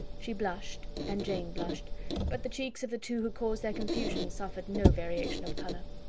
she blushed, and jane blushed but the cheeks of the two who caused their confusion suffered no variation of colour.